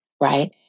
right